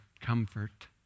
Comfort